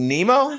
Nemo